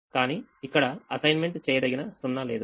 కానీ ఇక్కడ అసైన్మెంట్ చేయదగిన 0 లేదు